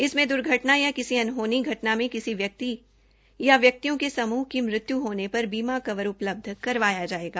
इसमें द्र्घटना या किसी अनहोनी घटना में किसी व्यक्ति या व्यक्तियों के समूह की मृत्यु होने पर बीमा कवर उपलब्ध करवाया जायेगा